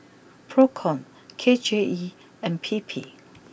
Procom K J E and P P